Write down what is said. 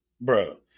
bro